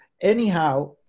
Anyhow